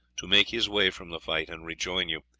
to make his way from the fight and rejoin you,